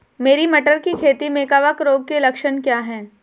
मेरी मटर की खेती में कवक रोग के लक्षण क्या हैं?